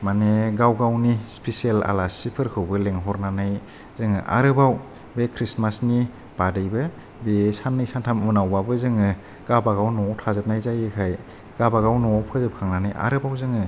माने गाव गावनि स्पेसेल आलासि फोरखौबो लेंहरनानै जोङो आरोबाव बे ख्रिसमास्टनि बारैबो बे साननै सानथाम उनावबाबो जोङो गाबागाव न'आव थाजोबनाय जायैखाय गाबागाव न'आव फोजोब खांनानै आरोबाव जोङो